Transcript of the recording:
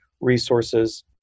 resources